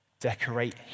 decorate